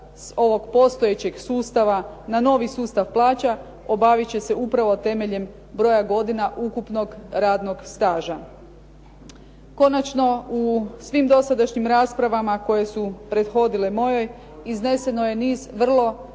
s ovog postojećeg sustava na novi sustav plaća obavit će se upravo temeljem broja godina ukupnog radnog staža. Konačno, u svim dosadašnjim raspravama koje su prethodile mojoj izneseno je niz vrlo